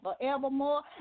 forevermore